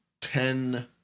ten